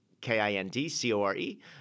K-I-N-D-C-O-R-E